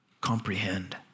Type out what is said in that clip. comprehend